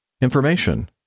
information